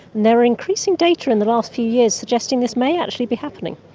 there are increasing data in the last few years suggesting this may actually be happening.